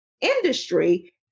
industry